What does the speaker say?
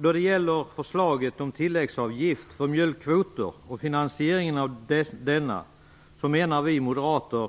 När det gäller förslaget om tilläggsavgift för mjölkkvoter och finansieringen av detta menar vi moderater